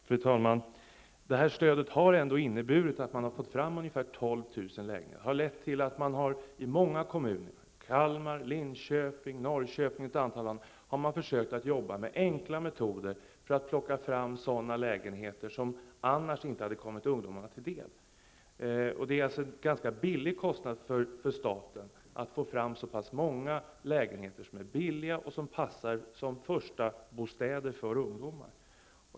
Fru talman! Detta stöd har ändå inneburit att man har fått fram ungefär 12 000 lägenheter. Det har lett till att man i många kommuner, Kalmar, Linköping, Norrköping, m.fl., har försökt använda enkla metoder för att plocka fram sådana lägenheter som annars inte skulle ha kommit ungdomarna till del. Detta är ett ganska billigt sätt för staten att få fram så pass många lägenheter som är billiga och som passar som förstabostäder för ungdomar.